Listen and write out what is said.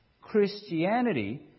Christianity